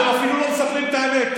אתם אפילו לא מספרים את האמת.